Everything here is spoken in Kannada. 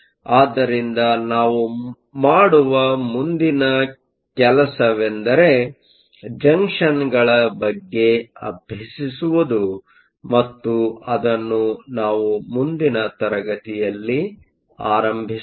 ಆದ್ದರಿಂದ ನಾವು ಮಾಡುವ ಮುಂದಿನ ಕೆಲಸವೆಂದರೆ ಜಂಕ್ಷನ್ಗಳ ಬಗ್ಗೆ ಅಭ್ಯಸಿಸುವುದು ಮತ್ತು ಅದನ್ನು ನಾವು ಮುಂದಿನ ತರಗತಿಯಲ್ಲಿ ಆರಂಭಿಸೋಣ